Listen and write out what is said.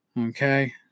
Okay